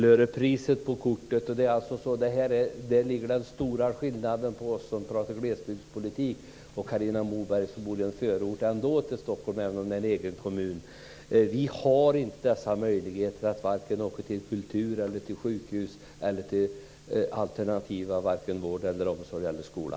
Fru talman! Där ligger den stora skillnaden i förhhållande till oss som talar om glesbygdspolitik. Carina Moberg bor ändå i en förort till Stockholm, även om det är en egen kommun. Vi har inte dessa möjligheter att åka till kultur, sjukhus eller till alternativ vård, omsorg eller skola.